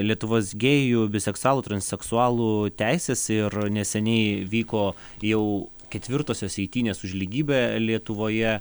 lietuvos gėjų biseksualų transseksualų teisės ir neseniai vyko jau ketvirtosios eitynės už lygybę lietuvoje